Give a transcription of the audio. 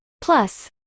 plus